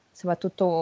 soprattutto